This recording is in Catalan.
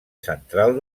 central